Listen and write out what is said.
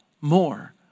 more